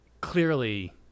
clearly